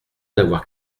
d’avoir